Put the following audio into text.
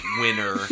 winner